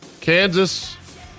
Kansas